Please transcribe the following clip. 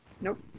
Nope